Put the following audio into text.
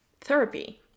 therapy